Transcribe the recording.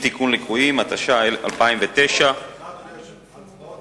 (אי-תיקון ליקויים), התש"ע 2009. יש הצבעות?